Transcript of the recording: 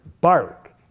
bark